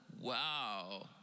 wow